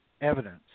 evidence